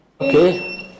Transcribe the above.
Okay